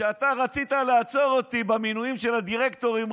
כשאתה רצית לעצור אותי במינויים של הדירקטורים,